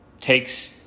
takes